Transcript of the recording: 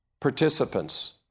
participants